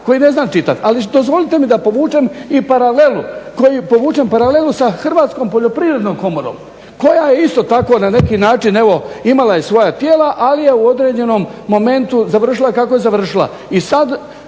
koji ne znam čitati. Ali dozvolite mi da povučem i paralelu sa Hrvatskom poljoprivrednom komorom koja je isto tako na neki način evo imala i svoja tijela, ali je u određenom momentu završila kako je završila.